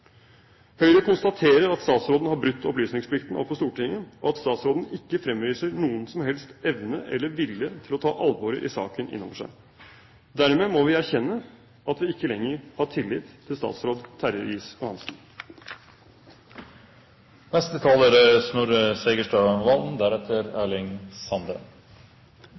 Høyre konstaterer at statsråden har brutt opplysningsplikten overfor Stortinget, og at statsråden ikke fremviser noen som helst evne eller vilje til å ta alvoret i saken inn over seg. Dermed må vi erkjenne at vi ikke lenger har tillit til statsråd Terje